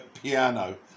piano